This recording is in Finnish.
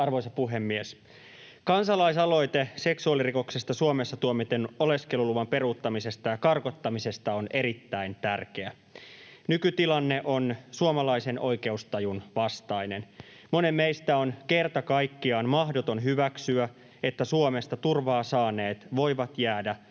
Arvoisa puhemies! Kansalaisaloite seksuaalirikoksesta Suomessa tuomitun oleskeluluvan peruuttamisesta ja karkottamisesta on erittäin tärkeä. Nykytilanne on suomalaisen oikeustajun vastainen. Monen meistä on kerta kaikkiaan mahdoton hyväksyä, että Suomesta turvaa saaneet voivat jäädä